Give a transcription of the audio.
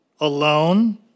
alone